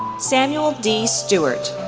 samuel d. stewart,